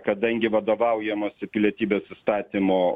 kadangi vadovaujamasi pilietybės įstatymo